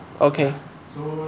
okay